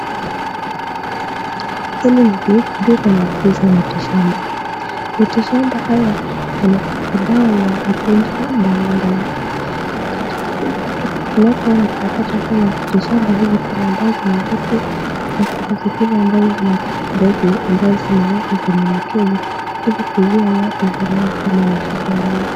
Hili ni duka la kuuza miti shamba, miti shamba haya ni dawa ya magonjwa mbali mbali, tunapoona tunapata miti shamba hizi ni miti na zingine zinakaa ni mbegu ambazo zimeekwa kwa mikebe ili kuuzia watu wanapokuwa na shida ya mwili.